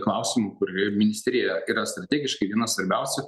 klausimų kur ir ministerija yra strategiškai viena svarbiausių